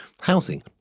Housing